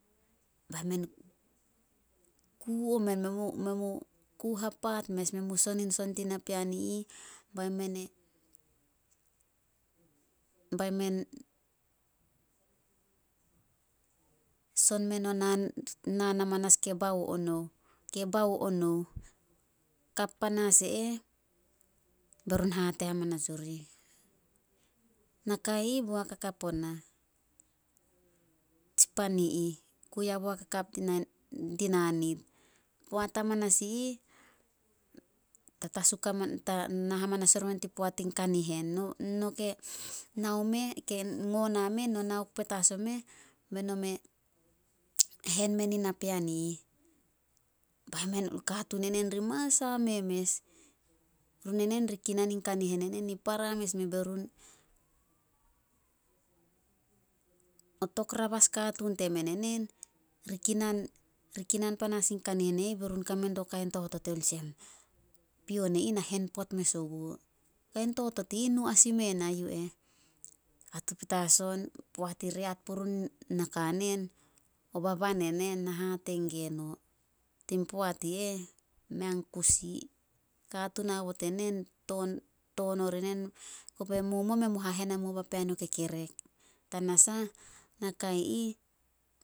Bai men ku omen, men mu- men mu ku hapat mes. Men u son in son tin napean i ih, bai men e bai men son men o naan- naan amanas ke bao o nouh- ke bo o nouh. Kap panas e eh, be run hate hamanas orih, "Nakai ih boak hakap onah tsi pan i ih, kui haboak hakap di- dina nit. Poat hamanas i ih, tana hamanas oria tin poat tin kanihen. No- no ke nao meh ke ngo na men no nao ku petas omeh, be no me hen menin napean i ih." Katuun enen ri mas haome mes. Run enen ri kinan in kanihen enen i para mes. O tokrabas katuun temen enen, ri kinan- ri kinan panas in kanihen e ih, be run kame dio kain totot i ih olsem, pion e ih, na hen pot mes oguo. Kain totot i ih, nu as ime na yu eh. Kato petas on, poat i reat purun naka nen, o baban enen, na hate gue no, tin poat i eh, mei an kusi. Katuun haobot enen, toon- toon ori nen, kobe momuo, men mu hahen hamuo papean o kekerek. Tanasah, nakai ih